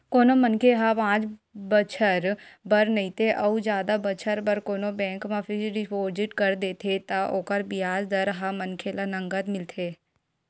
कोनो मनखे ह पाँच बछर बर नइते अउ जादा बछर बर कोनो बेंक म फिक्स डिपोजिट कर देथे त ओकर बियाज दर ह मनखे ल नँगत मिलथे